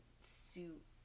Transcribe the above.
suit